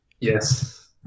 Yes